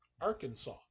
Arkansas